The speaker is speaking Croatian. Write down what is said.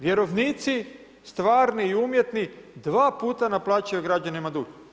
Vjerovnici, stvarni i umjetni, dva puta naplaćuju građanima dug.